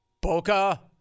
Boca